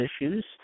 issues